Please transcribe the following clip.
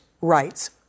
rights